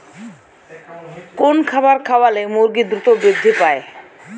কোন খাবার খাওয়ালে মুরগি দ্রুত বৃদ্ধি পায়?